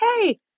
hey